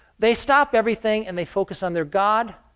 they stop everything and they focus on their god,